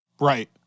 Right